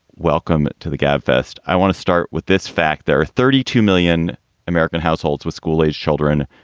welcome to the gabfest. i want to start with this fact. there are thirty two million american households with school aged children.